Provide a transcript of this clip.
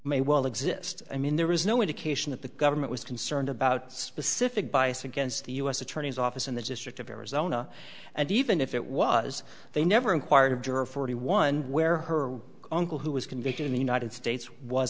may well exist i mean there is no indication that the government was concerned about specific bias against the u s attorney's office in the district of arizona and even if it was they never inquired of juror forty one where her uncle who was convicted in the united states was